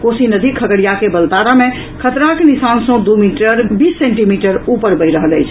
कोसी नदी खगड़िया के बलतारा मे खतराक निशान सँ दू मीटर बीस सेंटीमीटर ऊपर बहि रहल अछि